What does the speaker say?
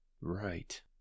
Right